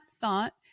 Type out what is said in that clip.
thought